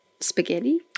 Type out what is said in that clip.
Spaghetti